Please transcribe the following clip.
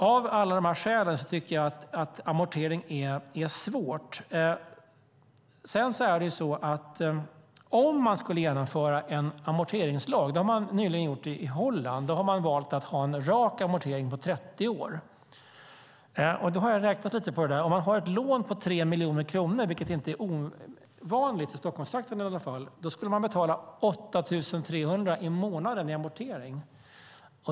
Av alla de här skälen tycker jag att amortering är svårt. Man har nyligen infört en amorteringslag i Holland. Där har man valt att ha en rak amortering på 30 år. Jag har räknat lite på det. Om man har ett lån på 3 miljoner kronor, vilket inte är ovanligt i Stockholmstrakten i alla fall, ska man betala 8 300 i månaden i amortering.